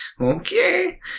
Okay